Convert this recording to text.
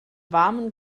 warmen